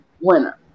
winner